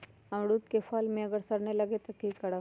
अमरुद क फल म अगर सरने लगे तब की करब?